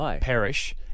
perish